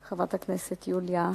חברת הכנסת יוליה,